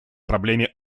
проблеме